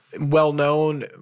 well-known